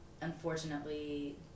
unfortunately